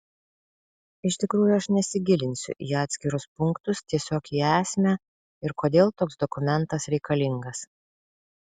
iš tikrųjų aš nesigilinsiu į atskirus punktus tiesiog į esmę ir kodėl toks dokumentas reikalingas